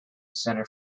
centre